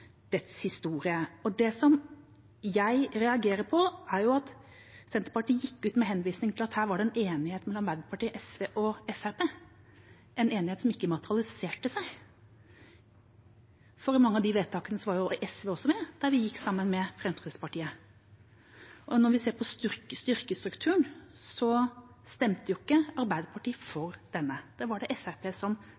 dets historie. Det jeg reagerer på, er at Senterpartiet gikk ut med henvisning til at det her var enighet mellom Arbeiderpartiet, Høyre og Fremskrittspartiet – en enighet som ikke materialiserte seg. For i mange av de vedtakene der vi gikk sammen med Fremskrittspartiet, var jo SV også med. Og når vi ser på styrkestrukturen, stemte ikke Arbeiderpartiet for